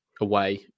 away